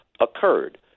occurred